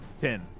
Ten